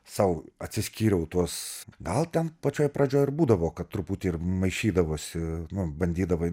sau atsiskyriau tuos gal ten pačioj pradžioj ir būdavo kad truputį ir maišydavosi bandydavai